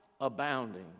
abounding